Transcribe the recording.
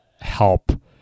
help